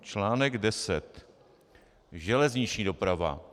Článek 10 Železniční doprava.